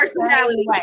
personality